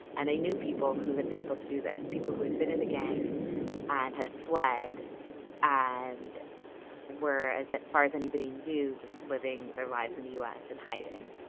and they knew people who had been able to do this people who had been in the gang and had fled and were, as far as anybody knew, just living their lives in the u s. and hiding.